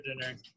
dinner